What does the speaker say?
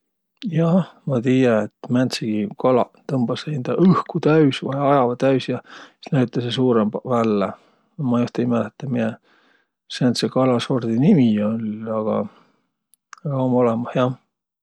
Jah, ma tiiä, et määntsegiq kalaq tõmbasõ hindä õhku täüs vai ajavaq täüs ja sis näütäseq suurõmbaq vällä. Ma joht ei mälehtäq, miä sääntse kalasordi nimi oll', a, a um olõmah jah.